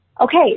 okay